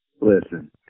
listen